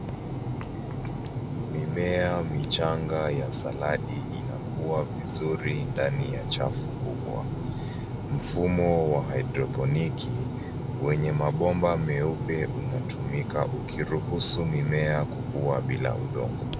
Mimea michanga ya saladi inakua vizuri ndani ya chafu kubwa. Mfumo wa haidroponiki wenye mabomba meupe inatumika ukiruhusu mimea kukua bila udongo.